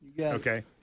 Okay